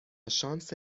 شانس